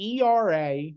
ERA